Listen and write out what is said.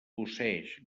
posseeix